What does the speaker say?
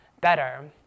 better